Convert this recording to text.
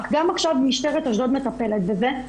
גם עכשיו משטרת אשדוד מטפלת בזה,